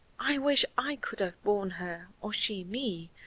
i wish i could have borne her, or she me,